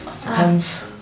Depends